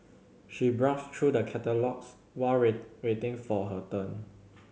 she browsed through the catalogues while waiting for her turn